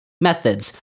methods